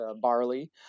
barley